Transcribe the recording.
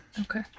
Okay